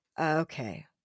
Okay